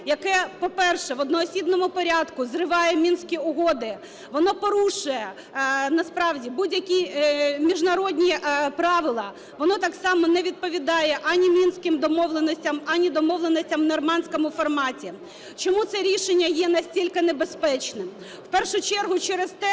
яке, по-перше, в одноосібному порядку зриває Мінські угоди, воно порушує насправді будь-які міжнародні правила, воно так само не відповідає ані Мінським домовленостям, ані домовленостям у "нормандському форматі". Чому це рішення є настільки небезпечним? В першу чергу через те,